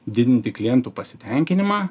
didinti klientų pasitenkinimą